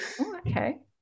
Okay